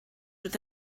with